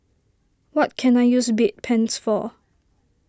what can I use Bedpans for